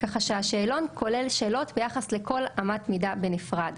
ככה שהשאלון כולל שאלות ביחס לכל אמת מידה בנפרד.